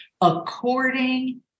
according